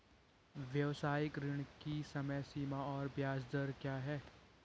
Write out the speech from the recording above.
व्यावसायिक ऋण की समय सीमा और ब्याज दर क्या है?